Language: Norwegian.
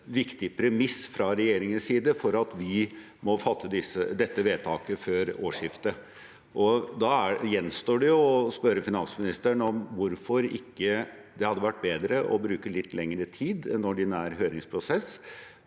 en viktig premiss fra regjeringens side for at vi må fatte dette vedtaket før årsskiftet. Da gjenstår det å spørre finansministeren: Hvorfor hadde det ikke vært bedre å bruke litt lengre tid, med en ordinær høringsprosess,